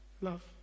love